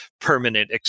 permanent